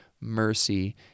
mercy